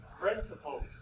principles